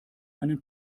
einen